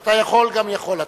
אתה יכול גם יכול.